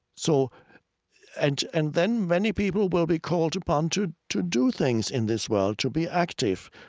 so and and then many people will be called upon to to do things in this world, to be active.